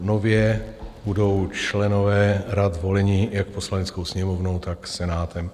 Nově budou členové rad voleni jak Poslaneckou sněmovnou, tak Senátem.